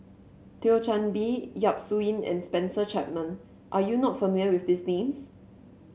Thio Chan Bee Yap Su Yin and Spencer Chapman are you not familiar with these names